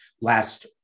last